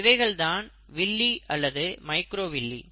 இவைகள் தான் வில்லி அல்லது மைக்ரோவில்லி